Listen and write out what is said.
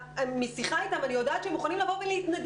אבל משיחה איתם אני יודעת שהם מוכנים לבוא ולהתנדב.